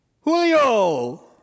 Julio